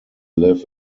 live